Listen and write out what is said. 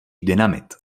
dynamit